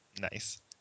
Nice